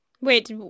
Wait